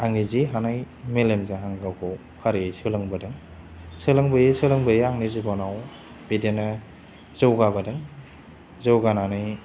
आंनि जि हानाय मेलेमजों आं गावखौ फारियै सोलोंबोदों सोलोंबोयै सोलोंबोयै आंनि जिब'नाव बिदिनो जौगाबोदों जौगानानै